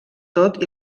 tot